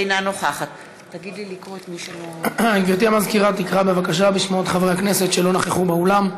אינה נוכחת גברתי המזכירה תקרא בבקשה בשמות חברי הכנסת שלא נכחו באולם.